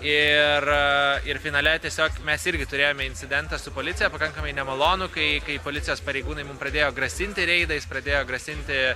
ir ir finale tiesiog mes irgi turėjome incidentą su policija pakankamai nemalonų kai kai policijos pareigūnai mum pradėjo grasinti reidais pradėjo grasinti